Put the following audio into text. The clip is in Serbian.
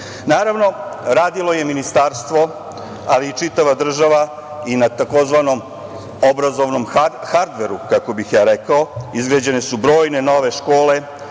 Naravno, radilo je i Ministarstvo, ali i čitava država i na tzv. obrazovnom hardveru, kako bih ja rekao. Izgrađene su brojne nove škole,